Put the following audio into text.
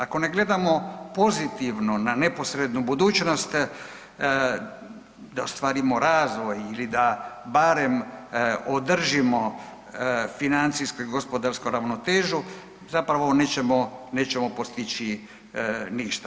Ako ne gledamo pozitivno na neposrednu budućnost, da ostvarimo razvoj ili da barem održimo financijsku i gospodarsku ravnotežu, zapravo nećemo postići ništa.